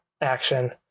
action